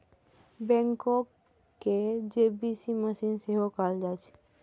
backhoe कें JCB machine सेहो कहल जाइ छै